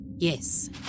Yes